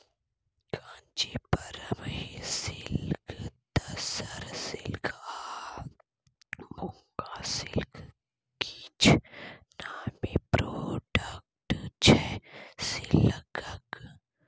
Kanjeevaram silk, tussar silk आ muga silk किछ नामी प्रोडक्ट छै सिल्कक